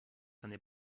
seine